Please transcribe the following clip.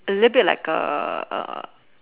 A little bit like a A A